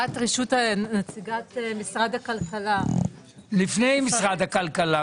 נציגת משרד הכלכלה --- לפני משרד הכלכלה.